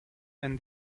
and